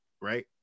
right